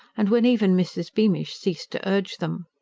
and when even mrs. beamish ceased to urge them.